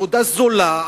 עבודה זולה,